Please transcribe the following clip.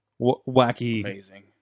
wacky